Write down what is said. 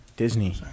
Disney